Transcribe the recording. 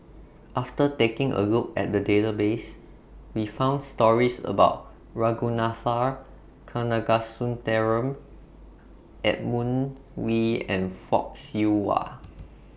after taking A Look At The Database We found stories about Ragunathar Kanagasuntheram Edmund Wee and Fock Siew Wah